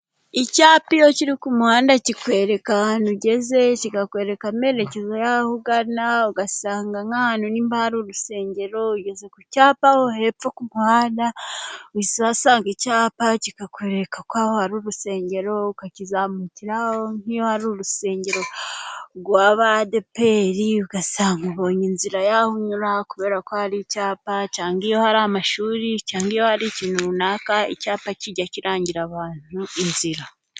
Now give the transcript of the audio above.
Icyapa iyo kiri ku muhanda kikwereka ahantu ugeze, kikakwereka amerekezo yaho ugana. Ugasanga nk'ahantu niba hari urusengero, ugeze ku cyapa hepfo ku muhanda uhise usanga icyapa, kikakwereka ko hari urusengero, ukakizamukiraho. Nk'iyo hari urusengero rw'Abadeperi, ugasanga ubonye inzira yaho unyura, kubera ko hari icyapa cyangwa iyo hari amashuri, cyangwa iyo hari ikintu runaka, icyapa kijya kirangira abantu inzira.